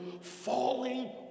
falling